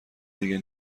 دیگه